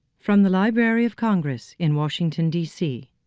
from the library of congress in washington d c.